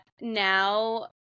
now